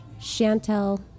Chantel